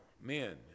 men